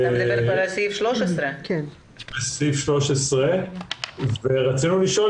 אתה מדבר כבר על תקנה 13. בתקנה 13. רצינו לשאול